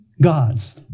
gods